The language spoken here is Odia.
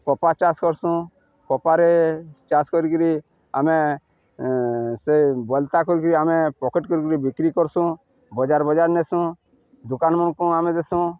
କପା ଚାଷ୍ କର୍ସୁଁ କପାରେ ଚାଷ୍ କରିକିରି ଆମେ ସେ ବଲତା କରିକିରି ଆମେ ପକେଟ୍ କରିକିରି ବିକ୍ରି କର୍ସୁଁ ବଜାର୍ ବଜାର୍ ନେସୁଁ ଦୋକାନ୍ମନ୍କୁ ଆମେ ଦେସୁଁ